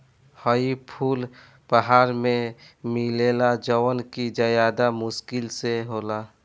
हई फूल पहाड़ में मिलेला जवन कि ज्यदा मुश्किल से होला